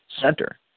center